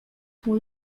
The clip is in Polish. mój